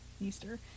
Easter